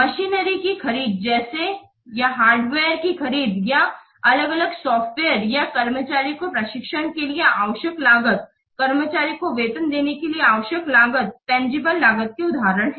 machinery की खरीद जैसे या हार्डवेयर की खरीद या अलग अलग सॉफ्टवेयर या कर्मचारियों को प्रशिक्षण के लिए आवश्यक लागत कर्मचारियों को वेतन देने के लिए आवश्यक लागत तंजीबले लागत के उदाहरण है